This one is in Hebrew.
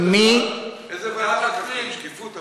איזו ועדה לקחתם, שקיפות?